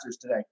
today